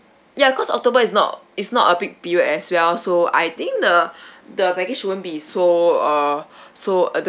ya cause october is not is not a peak period as well so I think the the package won't be so uh so uh the~